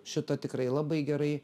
šitą tikrai labai gerai